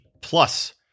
plus